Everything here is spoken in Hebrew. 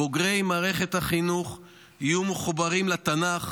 בוגרי מערכת החינוך יהיו מחוברים לתנ"ך,